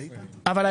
את העניין של